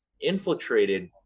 infiltrated